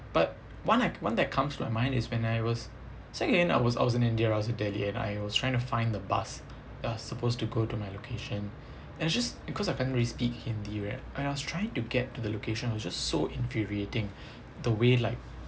but one I one that comes to mind is when I was say again I was I was in india I was in delhi and I was trying to find the bus ya supposed to go to my location and just because I can't really speak hindi right and I was trying to get to the location it was just so infuriating the way like